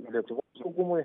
lietuvos saugumui